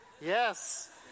Yes